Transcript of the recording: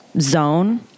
zone